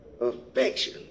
affection